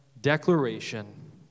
declaration